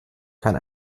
kann